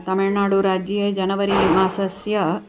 तमिळ्नाडुराज्ये जनवरी मासस्य